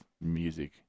music